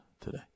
today